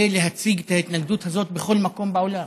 ולהציג את ההתנגדות הזאת בכל מקום בעולם?